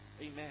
Amen